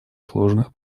сложных